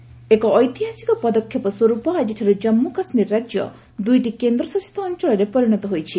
କେକେ UT ଏକ ଐତିହାସିକ ପଦକ୍ଷେପ ସ୍ୱର୍ପ ଆକିଠାରୁ ଜାଞ୍ଜୁକାଶ୍ମୀର ରାଜ୍ୟ ଦୁଇଟି କେନ୍ଦ୍ରଶାସିତ ଅଞ୍ଚଳରେ ପରିଣତ ହୋଇଛି